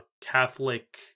Catholic